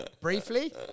briefly